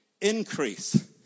increase